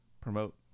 promote